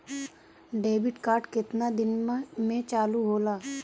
Debit card केतना दिन में चालु होला?